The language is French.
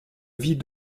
vie